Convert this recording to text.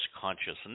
consciousness